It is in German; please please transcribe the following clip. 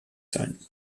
sein